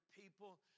people